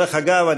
דרך אגב,